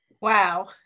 Wow